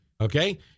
Okay